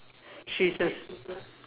she's a